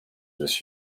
this